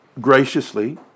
graciously